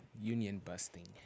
Union-busting